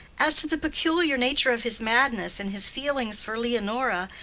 as to the particular nature of his madness, and his feelings for leonora,